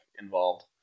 involved